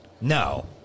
No